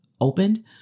opened